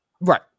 right